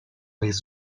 his